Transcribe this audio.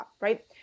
Right